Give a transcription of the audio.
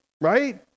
right